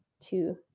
two